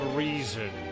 reason